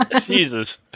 Jesus